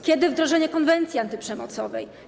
Kiedy wdrożenie konwencji antyprzemocowej?